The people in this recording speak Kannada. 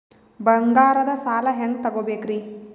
ಬಂಗಾರದ್ ಸಾಲ ಹೆಂಗ್ ತಗೊಬೇಕ್ರಿ?